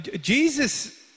Jesus